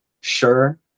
Sure